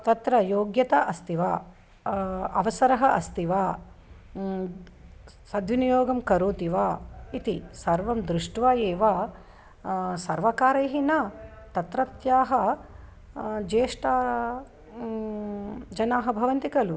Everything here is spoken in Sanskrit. तत्र योग्यता अस्ति वा अवसरः अस्ति वा सद्विनियोगं करोति वा इति सर्वं दृष्ट्वा एव सर्वकारैः न तत्रत्याः ज्येष्ठाः जनाः भवन्ति खलु